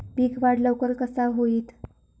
पीक वाढ लवकर कसा होईत?